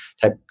type